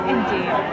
Indeed